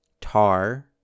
Tar